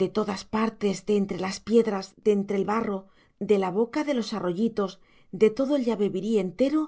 de todas partes de entre las piedras de entre el barro de la boca de los arroyitos de todo el yabebirí entero